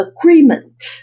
agreement